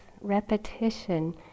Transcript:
repetition